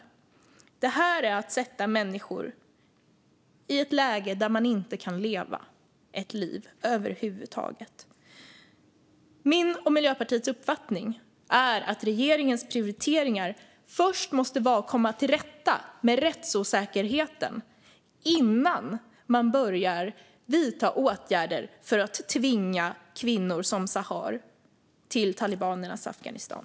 Det här är att sätta människor i ett läge där de inte kan leva ett liv över huvud taget. Min och Miljöpartiets uppfattning är att regeringens prioriteringar först måste vara att komma till rätta med rättsosäkerheten innan man börjar vidta åtgärder för att tvinga kvinnor som Sahar till talibanernas Afghanistan.